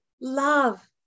love